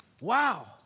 wow